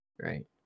Right